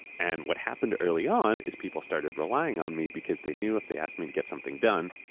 and what happened early on is people started relying on me because they knew if they asked me to get something done,